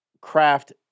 craft